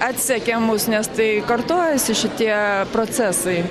atsekė mus nes tai kartojasi šitie procesai